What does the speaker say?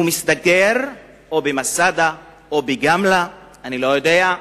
הוא מסתגר או במצדה או בגמלא, אני לא יודע,